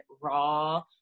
raw